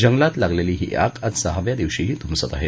जंगलात लागलेली ही आग आज सहाव्या दिवशीही धुमसत आहे